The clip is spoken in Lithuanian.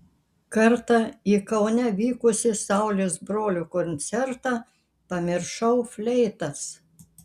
kartą į kaune vykusį saulės brolių koncertą pamiršau fleitas